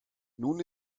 nun